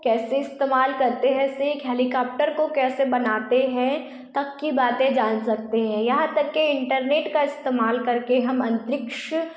कैसे इस्तेमाल करते हैं से एक हेलिकॉप्टर को कैसे बनाते हैं तक की बातें जान सकते है यहाँ तक के इंटरनेट का इस्तेमाल करके हम अंतरिक्ष